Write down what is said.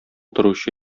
торучы